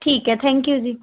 ਠੀਕ ਹੈ thank you ਜੀ